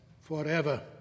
forever